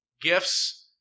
gifts